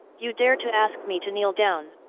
you dare to ask me to kneel down!